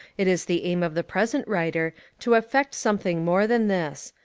it is the aim of the present writer to effect some thing more than this,